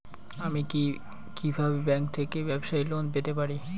আমি কি কিভাবে ব্যাংক থেকে ব্যবসায়ী লোন পেতে পারি?